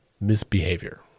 misbehavior